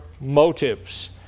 motives